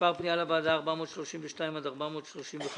פניות מספר 432 עד 435,